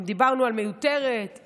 אם דיברנו על מיותרת,